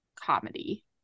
comedy